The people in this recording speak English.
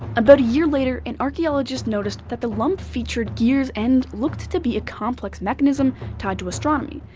about a year later, an archeologist noticed that the lump featured gears and looked to be a complex mechanism tied to astronomy.